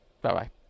Bye-bye